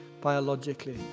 biologically